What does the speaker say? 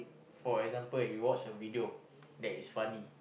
for example you watch a video that is funny